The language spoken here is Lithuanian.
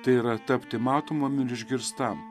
tai yra tapti matomam ir išgirstam